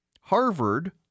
Harvard